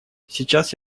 сейчас